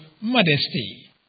modesty